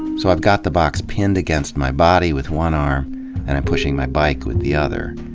so i've got the box pinned against my body with one arm and i'm pushing my bike with the other.